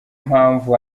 mpamvu